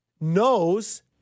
knows